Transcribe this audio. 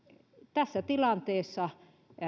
tässä tilanteessa